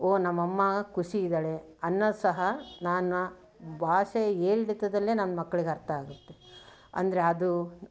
ಓ ನಮ್ಮಮ್ಮ ಖುಷಿ ಇದ್ದಾಳೆ ಅನ್ನೋದು ಸಹ ನನ್ನ ಭಾಷೆ ಏರಿಳಿತದಲ್ಲೆ ನನ್ನ ಮಕ್ಕಳಿಗೆ ಅರ್ಥ ಆಗುತ್ತೆ ಅಂದರೆ ಅದು